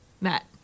Matt